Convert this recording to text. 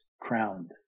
crowned